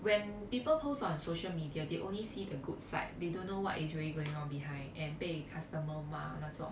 when people post on social media they only see the good side they don't know what is really going on behind and 被 customer 骂那种